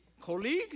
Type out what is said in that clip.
colleague